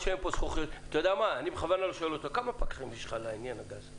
כמה פקחים יש לך לעניין הגז?